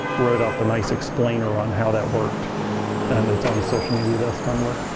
wrote up a nice explainer on how that worked and it's on social media desk tumblr.